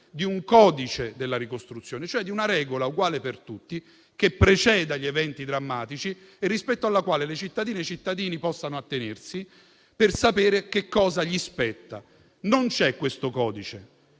di un codice della ricostruzione, cioè di una regola uguale per tutti che preceda gli eventi drammatici e rispetto alla quale le cittadine e i cittadini possano attenersi per sapere che cosa spetta loro. Non c'è questo codice,